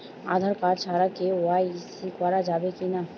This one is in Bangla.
আঁধার কার্ড ছাড়া কে.ওয়াই.সি করা যাবে কি না?